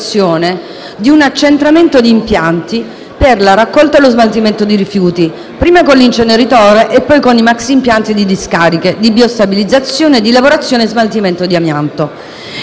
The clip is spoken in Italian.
di un accentramento di impianti per la raccolta e lo smaltimento di rifiuti: prima con l'inceneritore e poi con i maxi-impianti di discarica, di biostabilizzazione e di lavorazione e smaltimento di amianto.